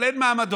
אבל אין מעמדות,